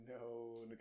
No